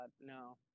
No